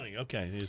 okay